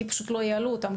כי פשוט לא יעלו אותם,